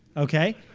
ok,